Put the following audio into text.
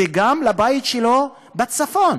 וגם לבית שלהם בצפון,